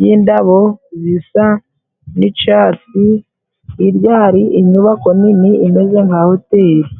y'indabo zisa n'icyatsi hirya hari inyubako nini imeze nka hoteri.